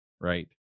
Right